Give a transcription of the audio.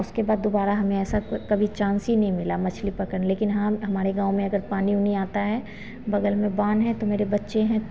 उसके बाद दुबारा हमें ऐसा कभी चान्स ही नहीं मिला मछली पकड़ लेकिन हाँ हमारे गाँव में अगर पानी उनी आता है बगल में बाँध है तो मेरे बच्चे हैं